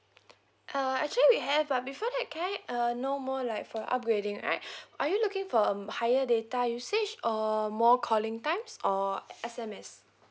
uh actually we have uh before that can I uh know more like for upgrading right are you looking for um higher data usage or more calling times or S_M_S